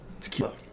tequila